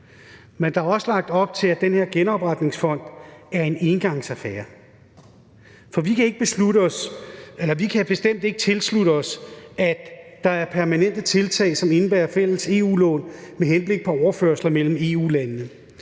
men der er også lagt op til, at den her genopretningsfond er en engangsaffære. For vi kan bestemt ikke tilslutte os, at der er permanente tiltag, som indebærer fælles EU-lån med henblik på overførsler mellem EU-landene,